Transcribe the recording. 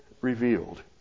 revealed